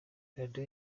radio